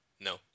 No